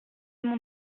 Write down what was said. mon